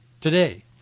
today